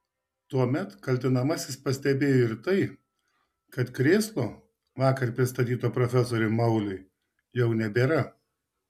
tuomet kaltinamasis pastebėjo ir tai kad krėslo vakar pristatyto profesoriui mauliui jau nebėra